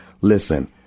Listen